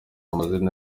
amazina